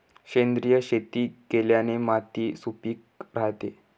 सेंद्रिय शेती केल्याने माती सुपीक राहते